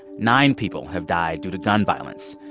nine people have died due to gun violence.